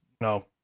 no